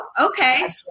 okay